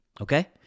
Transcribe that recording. Okay